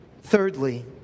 Thirdly